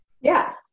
Yes